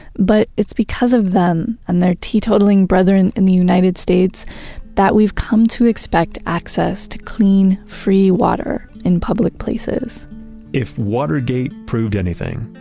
but it's because of them and their teetotaling brethren in the united states that we've come to expect access to clean, free water in public places if watergate proved anything,